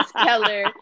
Keller